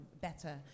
better